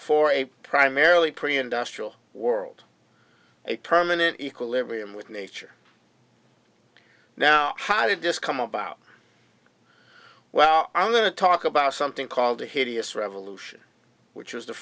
for a primarily pre industrial world a permanent equilibrium with nature now how did this come about well i'm going to talk about something called a hideous revolution which is the